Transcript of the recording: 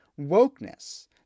wokeness